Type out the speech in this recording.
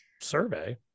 survey